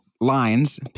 lines